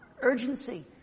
urgency